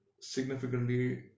significantly